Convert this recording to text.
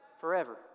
forever